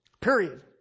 Period